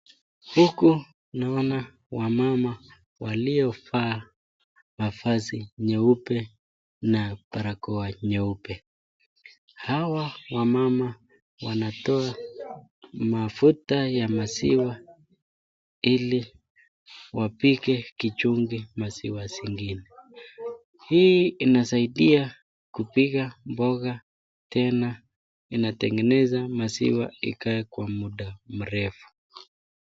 Huku naona wamama waliovaa mavazi nyeupe na barakoa nyeupe. Hawa wamama wanatoa mafuta ya maziwa ili wapige kijungi maziwa zingine. Hii inasaidia kupiga mboga tena inatengeneza maziwa ikae kwa muda mrefu.